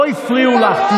לא הפריעו לך.